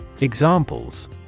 Examples